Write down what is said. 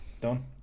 done